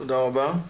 תודה רבה.